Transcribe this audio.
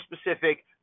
specific